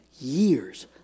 years